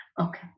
Okay